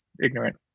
ignorant